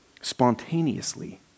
Spontaneously